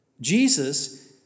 Jesus